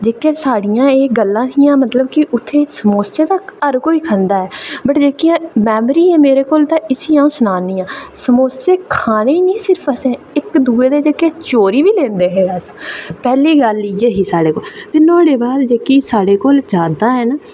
ते साढ़ियां एह् गल्लां हियां मतलब उत्थै गै समोसे तां हर कोई खंदा ऐ वट् जेह्की मेरे कोल मैमोरी ऐ इसी अं'ऊ सनान्नी आं समोसे ते खाने निं सिर्फ असें इक्क दूऐ दे चोरी बी करदे हे अस पैह्ली गल्ल इयै ही साढ़े कोल ते नुहाड़े बाद साढ़े कोल जेह्ड़ियां यादां ऐ न